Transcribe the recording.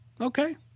Okay